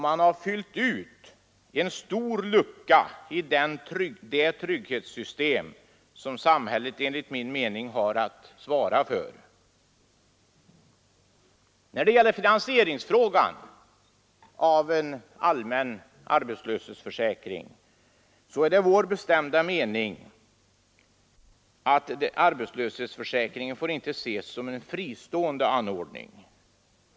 Man har fyllt ut en stor lucka i det trygghetssystem som samhället enligt min mening har att svara för. När det gäller finansieringen av en allmän arbetslöshetsförsäkring är det vår bestämda mening att arbetslöshetsförsäkringen inte får ses som en fristående anordning.